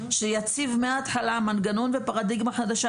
שיציב מההתחלה מנגנון ופרדיגמה חדשה.